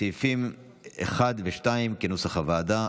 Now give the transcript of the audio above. סעיפים 1 ו-2, כנוסח הוועדה.